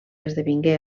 esdevingué